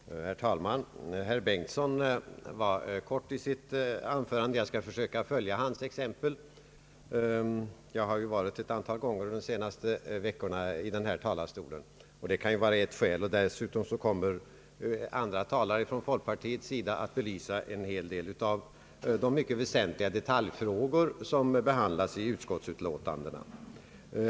Herr talman! Herr Bengtson var kortfattad i sitt anförande och jag skall försöka följa hans exempel. Jag har ju under de senaste veckorna varit uppe ett antal gånger i denna talarstol; det kan ju få vara ett skäl. Dessutom kommer andra talare från folkpartiet att belysa en hel del av de mycket väsentliga detalijfrågor, som behandlas i föreliggande utskottsutlåtanden.